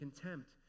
contempt